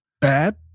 bad